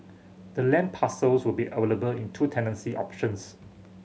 the land parcels will be available in two tenancy options